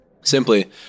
Simply